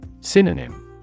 Synonym